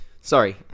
Sorry